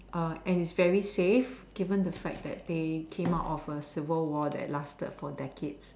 uh and is very safe given the fact that they came out of a civil war that lasted for decade